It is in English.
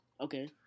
Okay